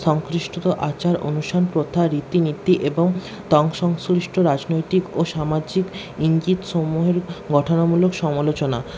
সংশ্লিষ্ট আচার অনুষ্ঠান প্রথা রীতিনীতি এবং তৎসংশ্লিষ্ট রাজনৈতিক ও সামাজিক ইঙ্গিত সমূহের গঠনামূলক সমলোচনা